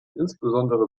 insbesondere